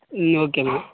ம் okay ma'am